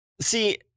See